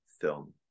film